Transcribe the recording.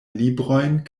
librojn